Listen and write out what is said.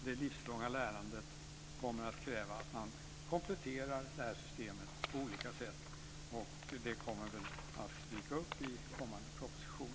Det livslånga lärandet kommer däremot att kräva att man kompletterar systemet på olika sätt. Det kommer väl att dyka upp i kommande proposition.